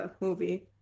movie